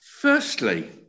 firstly